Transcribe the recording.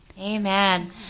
Amen